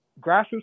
grassroots